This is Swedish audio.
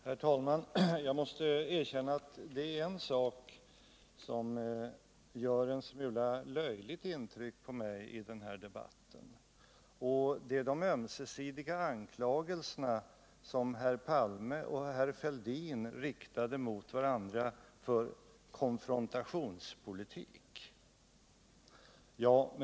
Herr talman! Jag måste erkänna att det gör ett rätt löjligt intryck på mig när jag hör de ömsesidiga anklagelser som herrar Palme och Fälldin riktar mot varandra för konfrontationspolitik.